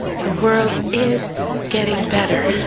the world is getting better.